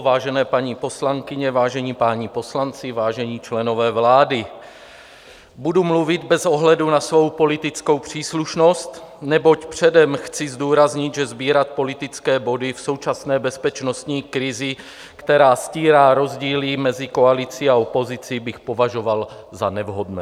Vážené paní poslankyně, vážení páni poslanci, vážení členové vlády, budu mluvit bez ohledu na svou politickou příslušnost, neboť předem chci zdůraznit, že sbírat politické body v současné bezpečnostní krizi, která stírá rozdíly mezi koalicí a opozicí, bych považoval za nevhodné.